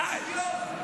הוא אמר "שוויון".